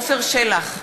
עפר שלח,